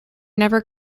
never